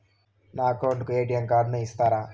నా అకౌంట్ కు ఎ.టి.ఎం కార్డును ఇస్తారా